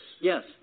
Yes